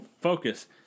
focus